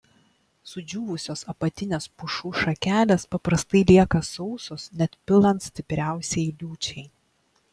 sudžiūvusios apatinės pušų šakelės paprastai lieka sausos net pilant stipriausiai liūčiai